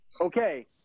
Okay